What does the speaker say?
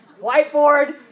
whiteboard